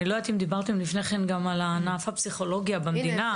אני לא יודעת אם דיברתם לפני כן גם על ענף הפסיכולוגיה במדינה.